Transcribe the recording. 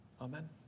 Amen